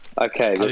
Okay